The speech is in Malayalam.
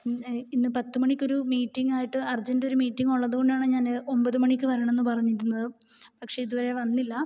ഇന്ന് പത്ത് മണിക്ക് ഒര് മീറ്റിംഗ് ആയിട്ട് അർജൻറ്റ് ഒരു മീറ്റിംഗ് ഉള്ളതു കൊണ്ടാണ് ഞാന് ഒമ്പത് മണിക്ക് വരണമെന്ന് പറഞ്ഞിരുന്നത് പക്ഷേ ഇതുവരെ വന്നില്ല